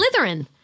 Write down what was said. Slytherin